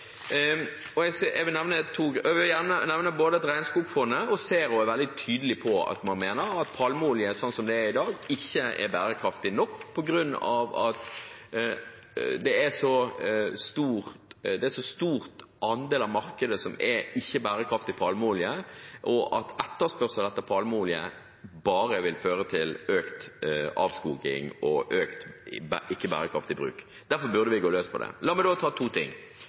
Jeg vil nevne at både Regnskogfondet og ZERO er veldig tydelig på at man mener at palmeolje sånn som det er i dag, ikke er bærekraftig nok på grunn av at det er så stor andel av markedet som er ikke-bærekraftig palmeolje, og at etterspørselen etter palmeolje bare vil føre til økt avskoging og økt ikke-bærekraftig bruk. Derfor burde vi gå løs på det. La meg ta to ting.